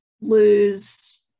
lose